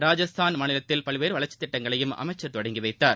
ராஜஸ்தான் மாநிலத்தில் பல்வேறு வளர்ச்சித் திட்டங்களையும் அமைச்சர் தொடங்கி வைத்தார்